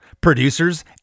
producers